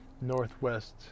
northwest